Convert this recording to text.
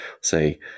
say